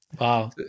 Wow